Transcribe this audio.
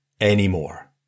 anymore